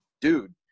dude